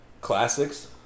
classics